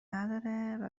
نداره